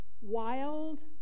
wild